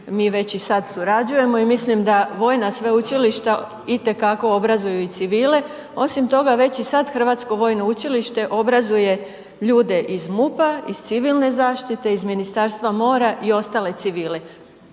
mi već i sad surađujemo i mislim da vojna sveučilišta itekako obrazuju i civile. Osim toga već i sada Hrvatsko vojno učilište obrazuje ljude iz MUP-a, iz Civilne zaštite, iz Ministarstva mora i ostale civile,